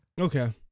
Okay